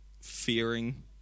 fearing